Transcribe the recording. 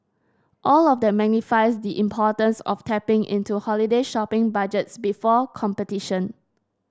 all of that magnifies the importance of tapping into holiday shopping budgets before competition